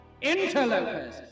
interlopers